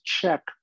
check